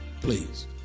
please